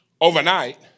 overnight